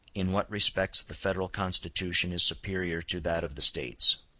in what respects the federal constitution is superior to that of the states